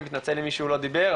אני מתנצל אם מישהו לא דיבר,